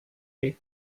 day